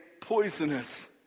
poisonous